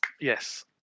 Yes